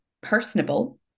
personable